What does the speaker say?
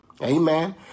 Amen